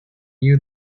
you